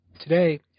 Today